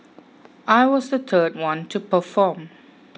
I was the third one to perform